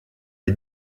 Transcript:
les